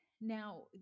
Now